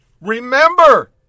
Remember